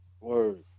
Word